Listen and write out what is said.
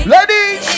Ladies